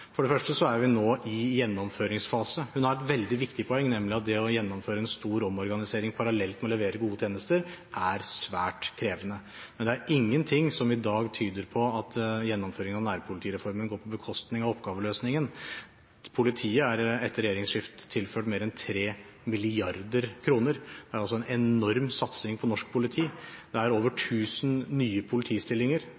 For det første er vi nå i en gjennomføringsfase. Hun har et veldig viktig poeng, nemlig at det å gjennomføre en stor omorganisering, parallelt med å levere gode tjenester, er svært krevende. Men det er ingenting som i dag tyder på at gjennomføringen av nærpolitireformen går på bekostning av oppgaveløsingen. Politiet er etter regjeringsskiftet tilført mer enn 3 mrd. kr. Det er altså en enorm satsing på norsk politi. Det er over